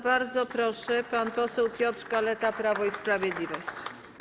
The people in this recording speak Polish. Bardzo proszę, pan poseł Piotr Kaleta, Prawo i Sprawiedliwość.